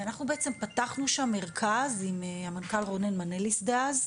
אנחנו בעצם פתחנו שם מרכז עם המנכ"ל רונן מנליס דאז,